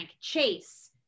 Chase